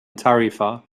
tarifa